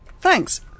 Thanks